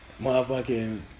motherfucking